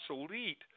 obsolete